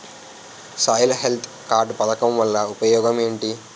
Soil health card పథకం వల్ల ఉపయోగం ఏంటి?